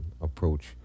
approach